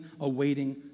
awaiting